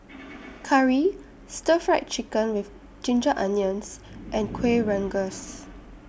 Curry Stir Fried Chicken with Ginger Onions and Kueh Rengas